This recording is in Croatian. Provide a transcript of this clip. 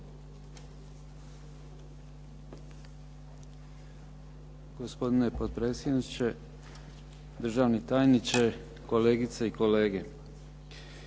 Gospodine potpredsjedniče, državni tajniče, kolegice i kolege.